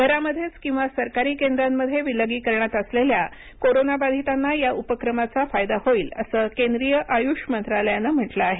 घरामध्येच किंवा सरकारी केंद्रांमध्ये विलगीकरणात असलेल्या कोरोनाबाधितांना या उपक्रमाचा फायदा होईल असं केंद्रीय आयुष मंत्रालयानं म्हटलं आहे